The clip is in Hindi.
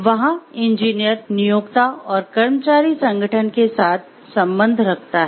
वहां इंजीनियर नियोक्ता और कर्मचारी संगठन के साथ संबंध रखता है